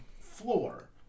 floor